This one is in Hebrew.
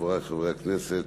חברי חברי הכנסת,